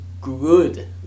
good